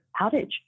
outage